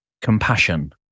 Compassion